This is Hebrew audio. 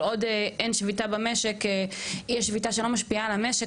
כל עוד יש שביתה שלא משפיעה על התלמידים במשק,